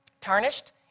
tarnished